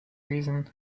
reason